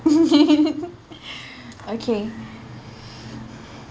okay